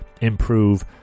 Improve